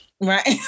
right